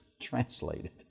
translated